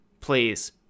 please